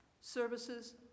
services